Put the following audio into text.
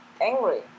angry